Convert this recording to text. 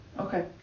Okay